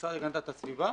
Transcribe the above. המשרד להגנת הסביבה,